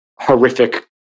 horrific